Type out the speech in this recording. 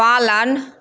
पालन